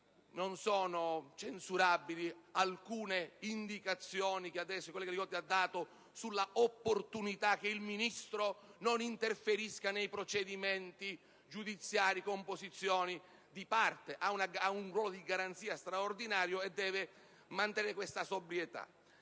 non sono censurabili alcune indicazioni, come quelle date dal collega Li Gotti, sulla opportunità che il Ministro non interferisca nei procedimenti giudiziari con posizioni di parte. Egli ha un ruolo di garanzia straordinario e deve mantenere questa sobrietà.